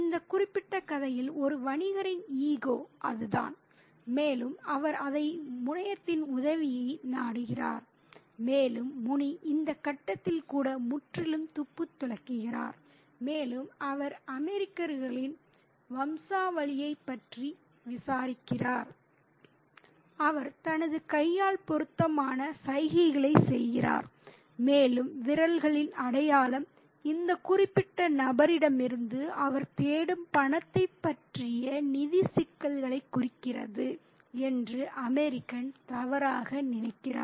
இந்த குறிப்பிட்ட கதையில் ஒரு வணிகரின் ஈகோ அதுதான் மேலும் அவர் அதை முனையத்தின் உதவியை நாடுகிறார் மேலும் முனி இந்த கட்டத்தில் கூட முற்றிலும் துப்பு துலங்குகிறார் மேலும் அவர் அமெரிக்கர்களின் வம்சாவளியைப் பற்றி விசாரிக்கிறார் அவர் தனது கையால் பொருத்தமான சைகைகளைச் செய்கிறார் மேலும் விரல்களின் அடையாளம் இந்த குறிப்பிட்ட நபரிடமிருந்து அவர் தேடும் பணத்தைப் பற்றிய நிதி சிக்கல்களைக் குறிக்கிறது என்று அமெரிக்கன் தவறாக நினைக்கிறார்